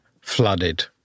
flooded